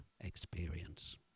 experience